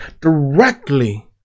directly